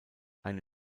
eine